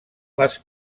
les